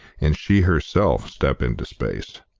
and she herself step into space.